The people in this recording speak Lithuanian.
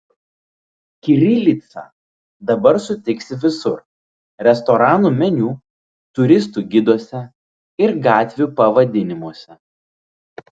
kirilicą dabar sutiksi visur restoranų meniu turistų giduose ir gatvių pavadinimuose